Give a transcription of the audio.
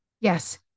Yes